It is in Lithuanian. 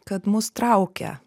kad mus traukia